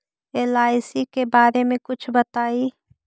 LIC के बारे मे कुछ बताई?